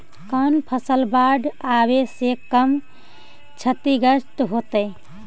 कौन फसल बाढ़ आवे से कम छतिग्रस्त होतइ?